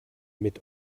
mit